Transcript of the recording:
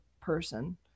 person